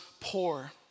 poor